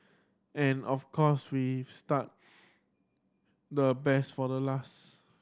and of course we've start the best for the last